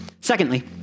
Secondly